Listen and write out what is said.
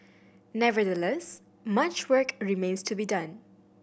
nevertheless much work remains to be done